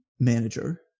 manager